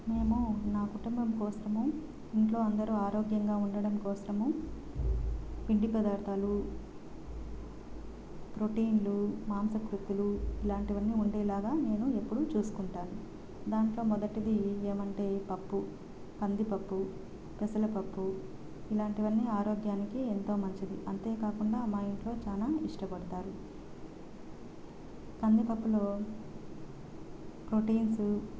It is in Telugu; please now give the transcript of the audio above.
నేను నా కుటుంబం కోసము ఇంట్లో అందరుఆరోగ్యంగా ఉండడం కోసము పిండి పదార్థాలు ప్రోటీన్లు మాంసకృత్తులు ఇలాంటివన్నీ ఉండేలాగా నేను ఎప్పుడు చూసుకుంటాను దాంట్లో మొదటిది ఏమంటే ఈ పప్పు కందిపప్పు పెసరపప్పు ఇలాంటివన్నీ ఆరోగ్యానికి ఎంతో మంచిది అంతే కాకుండా మా ఇంట్లో చాలా ఇష్టపడతారు కందిపప్పులో ప్రోటీన్సు